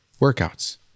workouts